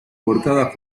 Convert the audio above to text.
portadas